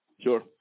Sure